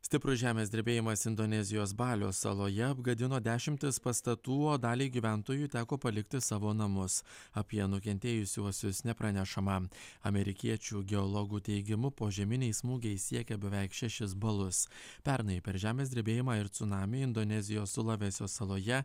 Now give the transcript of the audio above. stiprus žemės drebėjimas indonezijos balio saloje apgadino dešimtis pastatų daliai gyventojų teko palikti savo namus apie nukentėjusiuosius nepranešama amerikiečių geologų teigimu požeminiai smūgiai siekia beveik šešis balus pernai per žemės drebėjimą ir cunamį indonezijos sulavesio saloje